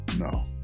No